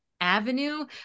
avenue